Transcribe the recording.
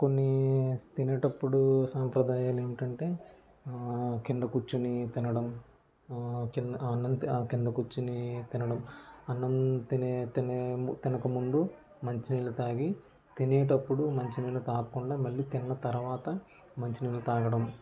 కొన్ని తినేటప్పుడు సాంప్రదాయాలు ఏంటంటే కింద కూర్చొని తినడం కింద కూర్చొని తినడం అన్నం తినే తినే తినకముందు మంచి నీళ్లు తాగి తినేటప్పుడు మంచి నీళ్లు తాగకుండా మళ్లీ తిన్న తర్వాత మంచి నీళ్లు తాగడం